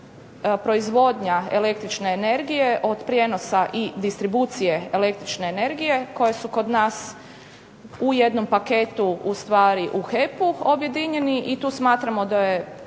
proizvodnja električne energije, od prijenosa i distribucije električne energije, koje su kod nas u jednom paketu ustvari u HEP-u objedinjeni, i tu smatramo da je